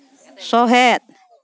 ᱥᱚᱦᱮᱫ